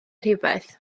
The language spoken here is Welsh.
rhywbeth